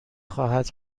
خواهد